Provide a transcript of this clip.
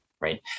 right